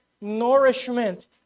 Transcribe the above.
nourishment